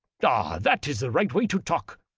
ah, that is the right way to talk!